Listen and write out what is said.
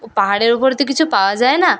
ও পাহাড়ের উপর তো কিছু পাওয়া যায় না